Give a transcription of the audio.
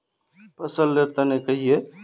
फसल लेर तने कहिए?